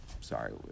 sorry